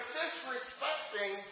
disrespecting